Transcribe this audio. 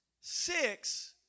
Six